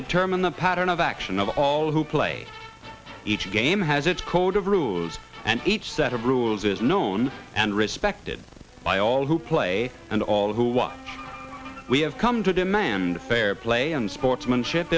determine the pattern of action of all who play each game has its code of rules and each set of rules is known and respected by all who play and all who what we have come to demand fair play and sportsmanship